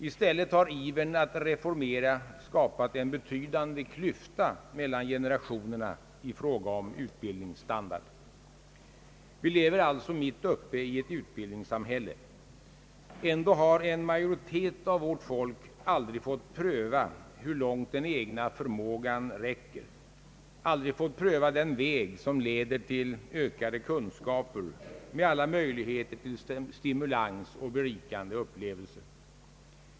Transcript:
I stället har ivern att reformera skapat en betydande klyfta mellan generationerna i fråga om utbildningsstandard. Vi lever mitt uppe i ett utbildningssamhälle. Ändå har en majoritet av vårt folk aldrig fått pröva hur långt den egna förmågan räcker, aldrig fått pröva den väg som leder till ökade kunskaper med alla möjligheter till stimulans och berikande upplevelser.